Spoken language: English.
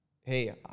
hey